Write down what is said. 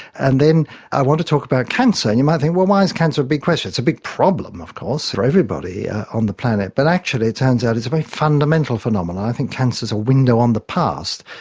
and then i want to talk about cancer. and you might think, well, why is cancer a big question? it's a big problem of course for everybody on the planet, but actually it turns out it's a very fundamental phenomenon. i think cancer is a window on the past,